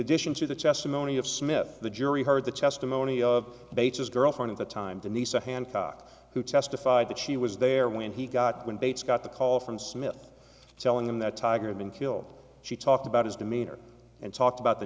addition to the testimony of smith the jury heard the testimony of bates his girlfriend at the time denise a hancock who testified that she was there when he got when bates got the call from smith telling him that tiger had been killed she talked about his demeanor and talked about the